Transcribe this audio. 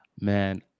man